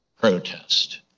protest